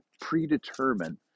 predetermine